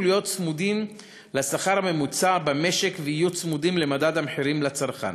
להיות צמודות לשכר הממוצע במשק ויהיו צמודות למדד המחירים לצרכן.